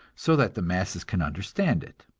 so that the masses can understand it.